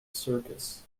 circus